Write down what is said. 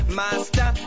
master